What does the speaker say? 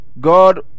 god